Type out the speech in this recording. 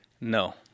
No